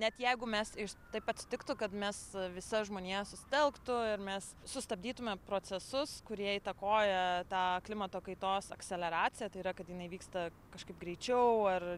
net jeigu mes iš taip atsitiktų kad mes visa žmonija susitelktų ir mes sustabdytume procesus kurie įtakoja tą klimato kaitos akceleraciją tai yra kad jinai vyksta kažkaip greičiau ar